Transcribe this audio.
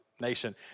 nation